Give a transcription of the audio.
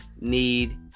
need